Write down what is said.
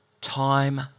Time